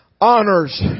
honors